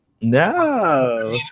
No